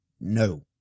No